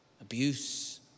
abuse